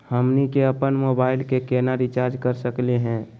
हमनी के अपन मोबाइल के केना रिचार्ज कर सकली हे?